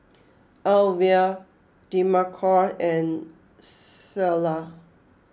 Alvia Demarco and Clella